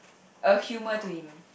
a humour to him